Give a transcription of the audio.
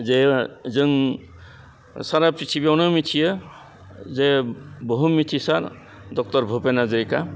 जे जों सारा प्रिथिबिआवनो मिथियो जे बुहुम मिथिसार डक्टर भुपेन हाज'रिका